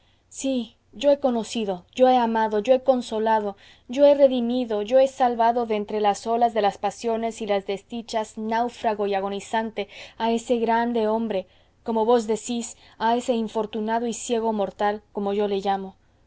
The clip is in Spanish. sí yo he conocido yo he amado yo he consolado yo he redimido yo he salvado de entre las olas de las pasiones y las desdichas náufrago y agonizante a ese grande hombre como vos decis a ese infortunado y ciego mortal como yo le llamo